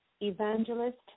Evangelist